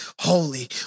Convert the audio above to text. holy